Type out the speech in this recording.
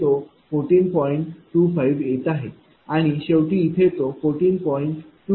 25 येत आहे आणि शेवटी इथे तो 14